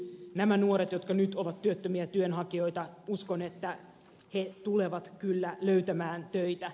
uskon että nämä nuoret jotka nyt ovat työttömiä työnhakijoita tulevat kyllä löytämään töitä